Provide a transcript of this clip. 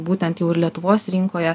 būtent jau ir lietuvos rinkoje